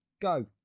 Go